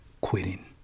quitting